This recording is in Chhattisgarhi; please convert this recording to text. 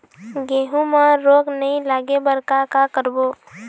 गेहूं म रोग नई लागे बर का का करबो?